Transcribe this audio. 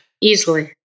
Easily